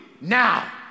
now